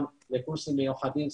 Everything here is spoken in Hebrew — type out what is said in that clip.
קורסים מיוחדים,